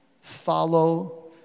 follow